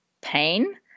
pain